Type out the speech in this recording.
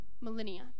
millennia